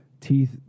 Teeth